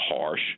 harsh